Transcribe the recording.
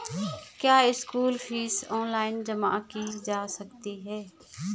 क्या school fees online जमा की जा सकती है?